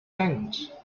denkt